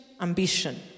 ambition